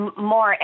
more